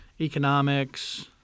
economics